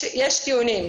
יש טיעונים.